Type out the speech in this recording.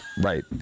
Right